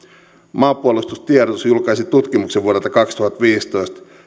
maanpuolustustiedotus julkaisi tutkimuksen vuodelta kaksituhattaviisitoista